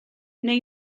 neu